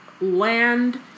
land